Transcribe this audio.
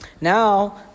Now